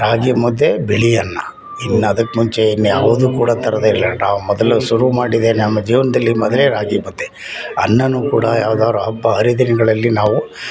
ರಾಗಿ ಮುದ್ದೆ ಬಿಳಿ ಅನ್ನ ಇನ್ನದಕ್ಕೆ ಮುಂಚೆ ಇನ್ಯಾವುದು ಕೂಡ ತರೋದೆಯಿಲ್ಲ ನಾವು ಮೊದಲು ಶುರು ಮಾಡಿದೆ ನಮ್ಮ ಜೀವನದಲ್ಲಿ ಮೊದಲೇ ರಾಗಿ ಮುದ್ದೆ ಅನ್ನವೂ ಕೂಡ ಯಾವ್ದಾದ್ರೂ ಹಬ್ಬ ಹರಿದಿನಗಳಲ್ಲಿ ನಾವು